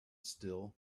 still